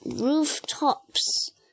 rooftops